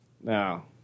Now